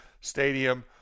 Stadium